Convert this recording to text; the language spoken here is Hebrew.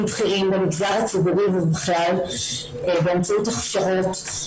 בכירים במגזר הציבורי ובכלל באמצעות הכשרות,